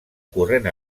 corrent